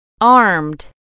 Armed